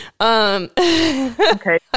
Okay